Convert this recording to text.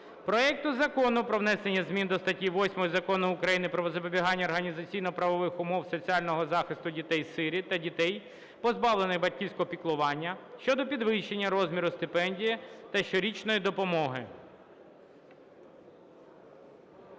проекту Закону про внесення змін до статті 8 Закону України "Про забезпечення організаційно-правових умов соціального захисту дітей-сиріт та дітей, позбавлених батьківського піклування" щодо підвищення розміру стипендії та щорічної допомоги.